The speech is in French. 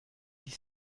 dix